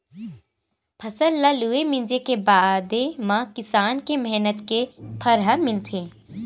फसल ल लूए, मिंजे के बादे म किसान के मेहनत के फर ह मिलथे